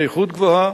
באיכות גבוהה,